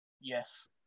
Yes